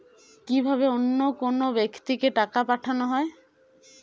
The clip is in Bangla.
কি ভাবে অন্য কোনো ব্যাক্তিকে টাকা পাঠানো হয়?